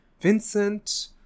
Vincent